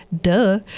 Duh